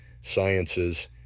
sciences